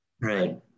Right